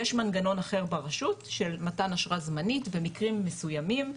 יש מנגנון אחר ברשות של מתן אשרה זמנית במקרים מסוימים.